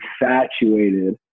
infatuated